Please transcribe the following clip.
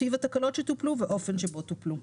טיב התקלות שטופלו והאופן בו טופלו.